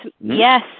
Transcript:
Yes